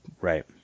Right